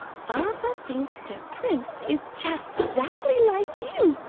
baba thinks the prince is just zackly like you,